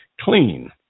clean